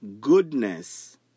Goodness